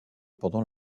pendant